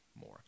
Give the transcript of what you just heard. more